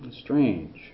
strange